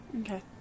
Okay